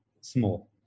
small